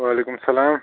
وعلیکُم سَلام